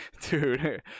Dude